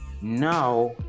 Now